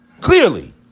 clearly